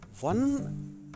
One